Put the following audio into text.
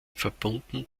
verbunden